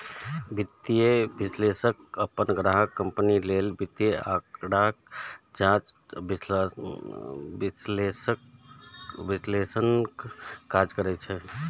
वित्तीय विश्लेषक अपन ग्राहक कंपनी लेल वित्तीय आंकड़ाक जांच आ विश्लेषणक काज करै छै